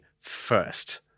first